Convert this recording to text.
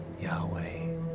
Yahweh